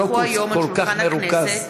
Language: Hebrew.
כי הונחו היום על שולחן הכנסת,